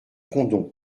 condom